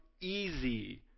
easy